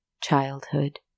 Childhood